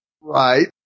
Right